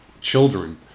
children